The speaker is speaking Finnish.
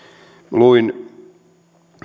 luin